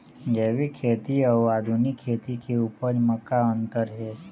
जैविक खेती अउ आधुनिक खेती के उपज म का अंतर हे?